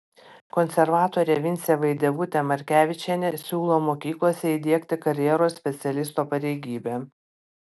konservatorė vincė vaidevutė markevičienė siūlo mokyklose įdiegti karjeros specialisto pareigybę